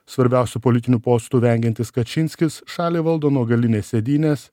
svarbiausių politinių postų vengiantis kačinskis šalį valdo nuo galinės sėdynės